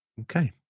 okay